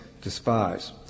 despise